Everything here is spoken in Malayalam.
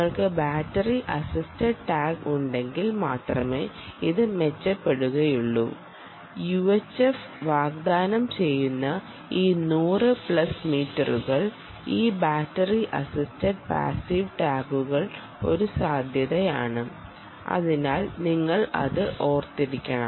നിങ്ങൾക്ക് ബാറ്ററി അസിസ്റ്റൻഡ് ടാഗുകൾ ഉണ്ടെങ്കിൽ മാത്രമേ ഇത് മെച്ചപ്പെടുകയുള്ളൂ യുഎച്ച്എഫ് വാഗ്ദാനം ചെയ്യുന്ന ഈ നൂറ് പ്ലസ് മീറ്ററുകൾ ഈ ബാറ്ററി അസിസ്റ്റ ട് പാസീവ് ടാഗുകൾ ഒരു സാധ്യതയാണ് അതിനാൽ നിങ്ങൾ അത് ഓർത്തിരിക്കണം